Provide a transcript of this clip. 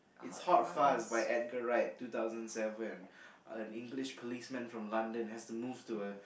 it's hot fuss by Edgar-Wright two thousand seven an English policeman from London has to move to a